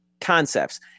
concepts